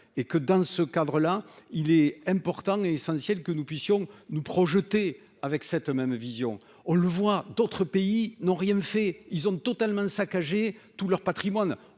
et que dans ce cadre-là, il est important et essentiel que nous puissions nous projeter avec cette même vision, on le voit d'autres pays n'ont rien fait, ils ont totalement saccagé tout leur Patrimoine,